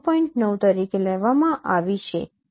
9 તરીકે લેવામાં આવી છે